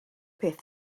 beth